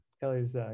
Kelly's